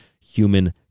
human